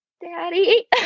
daddy